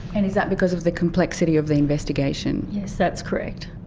and is that because of the complexity of the investigation? yes, that's correct.